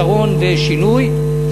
שרון ושינוי,